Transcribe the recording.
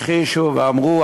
הכחישו ואמרו,